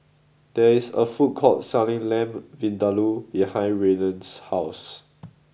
there is a food court selling Lamb Vindaloo behind Raiden's house